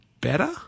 better